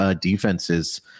defenses